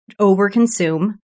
overconsume